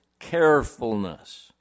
carefulness